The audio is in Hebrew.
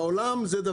גם